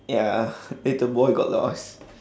ya little boy got lost